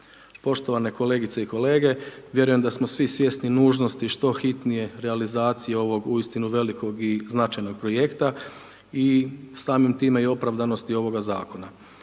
Poštovane kolegice i kolege, vjerujem da smo svi svjesni nužnosti što hitnije realizacije ovoga uistinu velikog i značajnog projekta i samim time i opravdanosti ovoga Zakona.